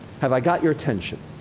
have i got your attention?